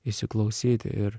įsiklausyti ir